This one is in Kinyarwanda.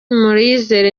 muyizere